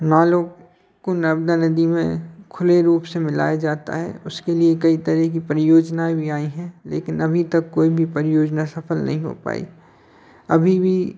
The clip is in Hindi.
नालों को नर्मदा नदी में खुले रूप से मिलाया जाता है उसके लिए कई तरह की परियोजनाएँ भी आई हैं लेकिन अभी तक कोई भी परियोजना सफल नहीं हो पाई अभी भी